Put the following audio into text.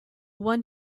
one